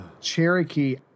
Cherokee